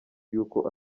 y’uko